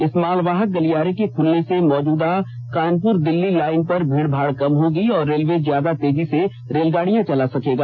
इस मालवाहक गलियारे के खुलने से मौजूदा कानपुर दिल्ली लाइन पर भीड़ भाड़ कम होगी और रेलवे ज्यादा तेजी से रेलगाड़ियां चला सकेगा